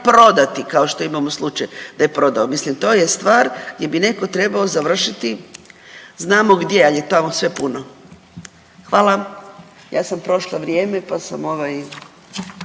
prodati kao što imamo slučaj da je prodao. Mislim to je stvar gdje bi neko trebao završiti, znamo gdje, ali tamo je sve puno. Hvala, ja sam prošla vrijeme pa sam **Radin,